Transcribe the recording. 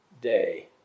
day